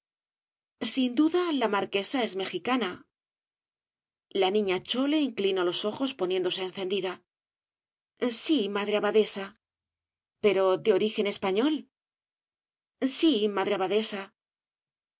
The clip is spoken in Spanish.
sin duda la marquesa es mexicana la niña chole inclinó los ojos poniéndose encendida sí madre abadesa pero de origen español sí madre abadesa